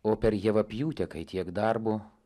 o per javapjūtę kai tiek darbo